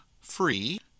Free